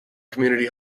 community